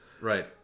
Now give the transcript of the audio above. Right